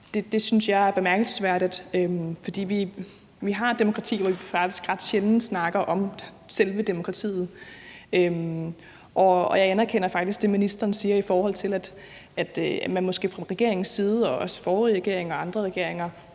Det synes jeg er bemærkelsesværdigt, fordi vi har et demokrati, hvor vi faktisk ret sjældent snakker om selve demokratiet. Og jeg anerkender faktisk det, ministeren siger, i forhold til at man måske fra regeringens side og også fra den forrige regerings og andre regeringers